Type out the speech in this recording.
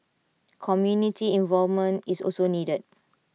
community involvement is also needed